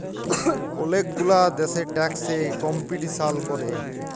ওলেক গুলা দ্যাশে ট্যাক্স এ কম্পিটিশাল ক্যরে